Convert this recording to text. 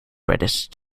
british